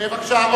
בבקשה.